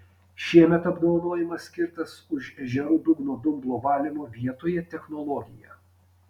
šiemet apdovanojimas skirtas už ežerų dugno dumblo valymo vietoje technologiją